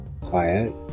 quiet